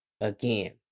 again